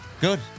Good